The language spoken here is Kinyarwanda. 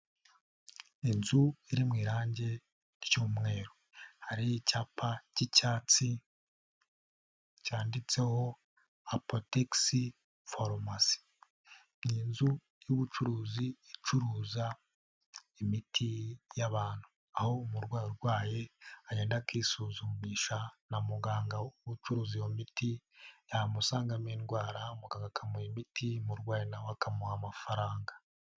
Inzu iri mu irangi ry'umweru hari icyapa k'icyatsi cyanditseho Apotex farumasi. Ni inzu y'ubucuruzi icuruza imiti y'abantu, aho umurwayi urwaye agenda akisuzumisha na muganga uba ucuruzi iyo miti, yamusangamo indwara akamuha imiti, umurwayi nawe akamuha amafaranga.